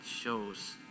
shows